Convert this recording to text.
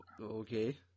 Okay